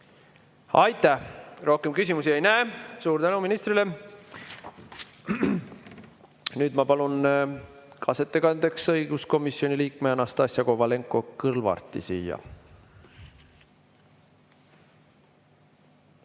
Aitäh! Rohkem küsimusi ei näe. Suur tänu ministrile! Nüüd ma palun kaasettekandeks siia õiguskomisjoni liikme Anastassia Kovalenko-Kõlvarti.